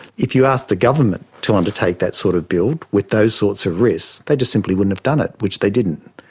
if you ask the government to undertake that sort of build with those sorts of risks, they just simply wouldn't have done it, which they didn't.